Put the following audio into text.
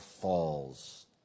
falls